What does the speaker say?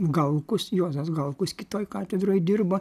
galkus juozas galkus kitoj katedroj dirbo